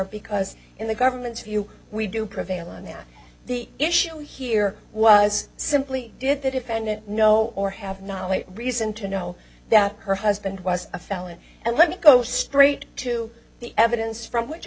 because in the government's view we do prevail and that the issue here was simply did the defendant know or have not only reason to know that her husband was a felon and let me go straight to the evidence from which